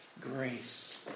grace